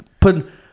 put